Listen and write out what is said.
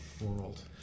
world